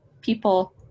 people